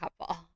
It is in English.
couple